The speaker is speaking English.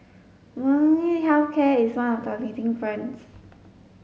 Molnylcke health care is one of the leading brands